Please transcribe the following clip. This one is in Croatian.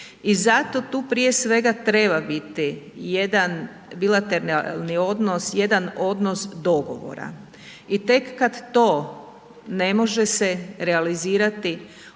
I zato tu prije svega treba biti jedan bilateralni odnos, jedan odnos dogovora i tek kada to ne može se realizirati